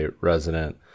resident